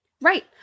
right